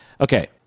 Okay